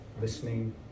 listening